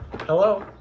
hello